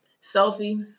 Sophie